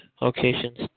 Locations